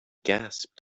gasped